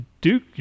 Duke